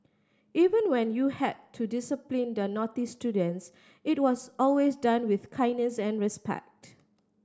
even when you had to discipline the naughty students it was always done with kindness and respect